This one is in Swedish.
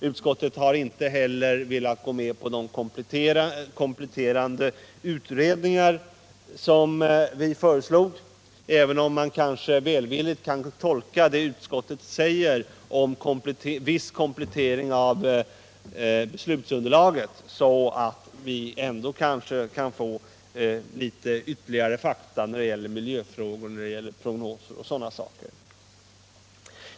Utskottet har inte heller velat gå med på de kompletterande utredningar som vi föreslog, även om man kanske kan tolka det utskottet säger om viss komplettering av beslutsunderlaget så att vi kanske kan få ytterligare fakta när det gäller miljöfrågor, prognoser och sådana saker.